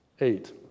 Eight